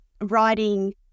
writing